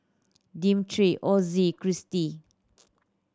Dimitri Ozzie Cristy